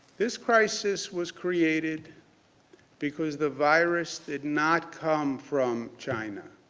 this crisis was created because the virus did not come from china.